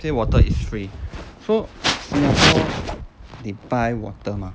plain water is free so singapore they buy water mah